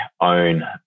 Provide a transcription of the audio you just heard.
own